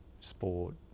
sport